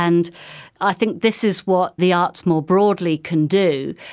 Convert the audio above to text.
and i think this is what the arts more broadly can do,